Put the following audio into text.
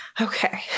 Okay